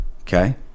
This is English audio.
Okay